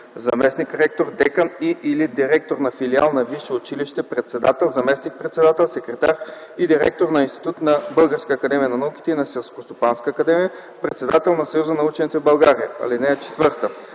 заместник-ректор, декан и/или директор на филиал на висше училище, председател, заместник-председател, секретар и директор на институт на Българската академия на науките и на Селскостопанската академия, председател на Съюза на учените в България. (4) Мандатът